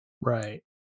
Right